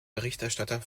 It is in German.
berichterstatter